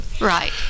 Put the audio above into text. Right